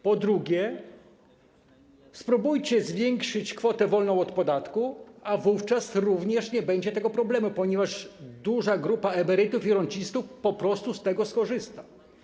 Po drugie, spróbujcie zwiększyć kwotę wolną od podatku, a wówczas również nie będzie tego problemu, ponieważ duża grupa emerytów i rencistów po prostu z tego skorzysta.